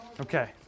Okay